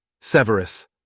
Severus